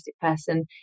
person